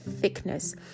thickness